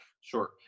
Sure